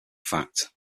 fact